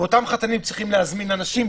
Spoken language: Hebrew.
אותם חתנים צריכים להזמין אנשים,